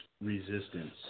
resistance